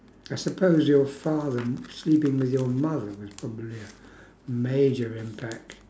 I suppose your father sleeping with your mother was probably a major impact